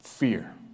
fear